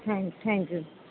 thank thank you